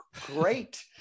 great